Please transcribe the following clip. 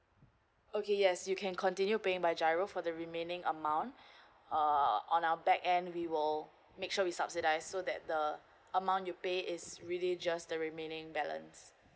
okay yes you can continue paying by giro for the remaining amount uh on our back and we will make sure we subsidize so that the amount you pay is really just the remaining balance